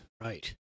Right